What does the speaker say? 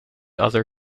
other